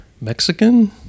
Mexican